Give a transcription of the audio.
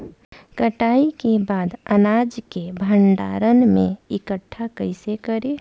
कटाई के बाद अनाज के भंडारण में इकठ्ठा कइसे करी?